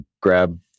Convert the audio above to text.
grab